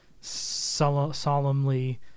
solemnly